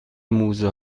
موزه